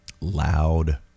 loud